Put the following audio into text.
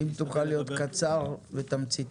כן, אם תוכל להיות קצר ותמציתי.